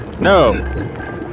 No